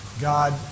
God